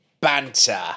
banter